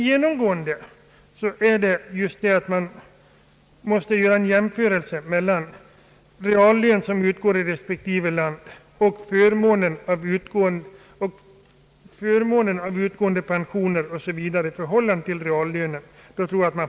Genomgående är att man måste göra en jämförelse mellan den reallön som utgår i respektive land och förmånen av utgående pensioner o.s.v. i förhållande till reallönen.